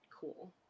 cool